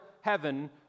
heaven